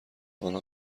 آنها